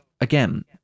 again